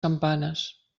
campanes